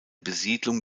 besiedelung